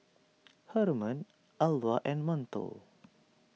Hermon Alva and Montel